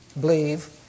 believe